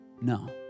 No